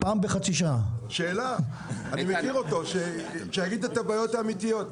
אני מכיר אותו; שיגיד את הבעיות האמיתיות.